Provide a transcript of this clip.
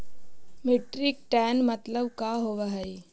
Metric ton मतलब का होव हइ?